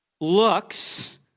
looks